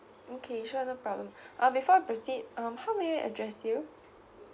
okay sure no problem uh before I proceed um how may I address you